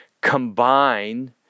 combine